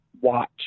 watch